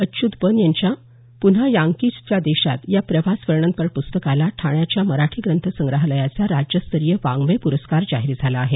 अच्युत बन यांच्या पुन्हा यांकीजच्या देशात ह्या प्रवासवर्णनपर प्स्तकाला ठाण्याच्या मराठी ग्रंथ संग्रहालयाचा राज्यस्तरीय वाङ्मय प्रस्कार जाहीर झाला आहे